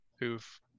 who've